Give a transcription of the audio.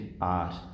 art